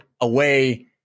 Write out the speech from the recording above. away